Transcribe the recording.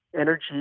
energy